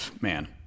man